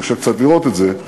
קשה קצת לראות את זה,